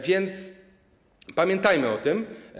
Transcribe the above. Więc pamiętajmy o tym.